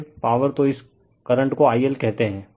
फिर पॉवर तो इस करंट को I L कहते हैं